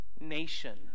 nation